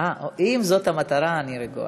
אם זאת המטרה, אני רגועה.